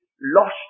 lost